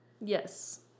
Yes